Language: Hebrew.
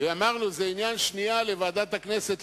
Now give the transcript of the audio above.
ואמרנו שזה עניין של שנייה בוועדת הכנסת,